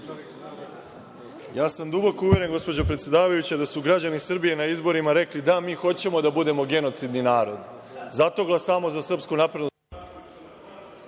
Ja sam duboko uveren gospođo predsedavajuća da su građani Srbije na izborima rekli – da mi hoćemo da budemo genocidni narod. Zato glasamo za SNS … (Isključen